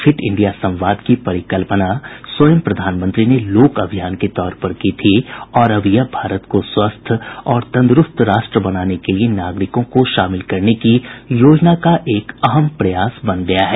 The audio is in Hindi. फिट इंडिया संवाद की परिकल्पना स्वयं प्रधानमंत्री ने लोक अभियान के तौर पर की थी और यह अब भारत को स्वस्थ और तंदुरुस्त राष्ट्र बनाने के लिए नागरिकों को शामिल करने की योजना का एक अहम प्रयास बन गया है